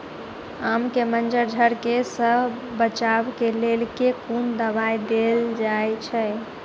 आम केँ मंजर झरके सऽ बचाब केँ लेल केँ कुन दवाई देल जाएँ छैय?